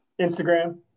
Instagram